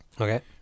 Okay